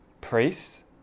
priests